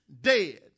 dead